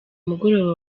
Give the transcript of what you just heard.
mugoroba